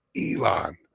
Elon